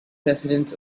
presidents